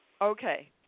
Okay